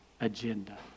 agenda